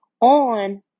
on